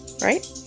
Right